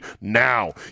now